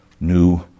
new